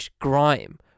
grime